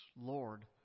Lord